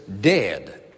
dead